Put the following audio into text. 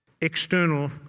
external